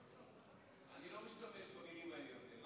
אני לא משתמש במילים האלה יותר.